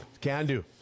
Can-do